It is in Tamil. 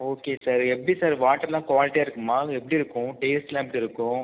ஓகே சார் எப்படி சார் வாட்டரெலாம் குவாலிட்டியாக இருக்குமா எப்படிருக்கும் டேஸ்ட்டெலாம் எப்படிருக்கும்